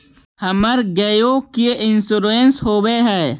हमर गेयो के इंश्योरेंस होव है?